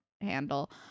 handle